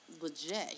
legit